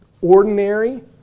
ordinary